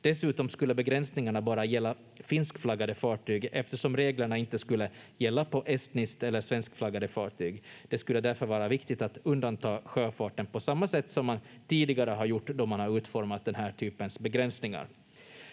Dessutom skulle begränsningarna bara gälla finskflaggade fartyg, eftersom reglerna inte skulle gälla på estnisk- eller svenskflaggade fartyg. Det skulle därför vara viktigt att undanta sjöfarten på samma sätt som man tidigare har gjort då man har utformat den här typens begränsningar.